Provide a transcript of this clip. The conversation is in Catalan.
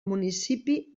municipi